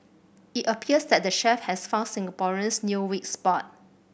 it appears that the chef has found Singaporeans new weak spot